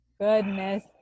goodness